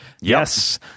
Yes